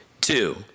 two